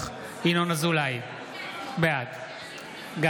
אינו נוכח ינון אזולאי,